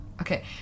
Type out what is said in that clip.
okay